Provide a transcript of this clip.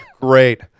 Great